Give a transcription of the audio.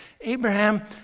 Abraham